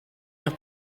los